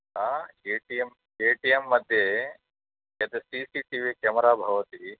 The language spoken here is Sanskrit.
A T M A T M मध्ये यत् C C T V camera भवति